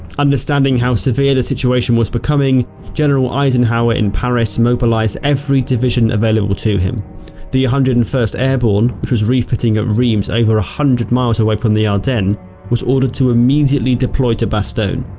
understanding how severe the situation was becoming general eisenhower in paris mobilized every division available to him the one hundred and first airborne, which was refitting at reims over a hundred miles away from the ardennes was ordered to immediately deploy to bastogne.